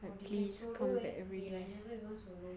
like this come back already